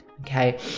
Okay